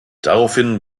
daraufhin